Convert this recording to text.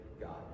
God